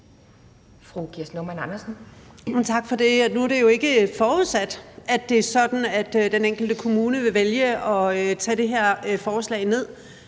Kirsten Normann Andersen (SF): Tak for det. Nu er det jo ikke forudsat, at det er sådan, at den enkelte kommune vil vælge at tage det her forslag ned.